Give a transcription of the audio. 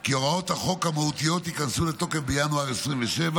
כי הוראות החוק המהותיות ייכנסו לתוקף בינואר 2027,